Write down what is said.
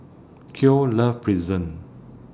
Khloe loves Pretzel